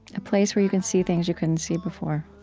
a place where you can see things you couldn't see before